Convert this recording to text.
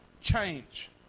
change